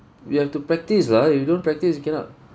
you have to practice lah if you don't practice you cannot